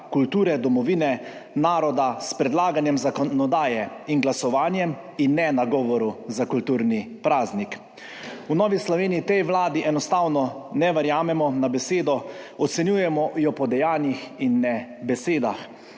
kulture, domovine, naroda s predlaganjem zakonodaje in glasovanjem in ne z govorom za kulturni praznik. V Novi Sloveniji tej vladi enostavno ne verjamemo na besedo. Ocenjujemo jo po dejanjih in ne besedah.